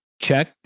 check